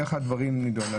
איך הדברים נדונים.